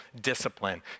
discipline